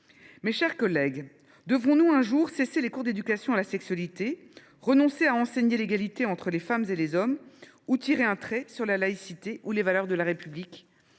Mes chers collègues, devrons nous un jour cesser les cours d’éducation à la sexualité, renoncer à enseigner l’égalité entre les femmes et les hommes ou tirer un trait sur la laïcité et les valeurs de la République ?